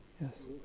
Yes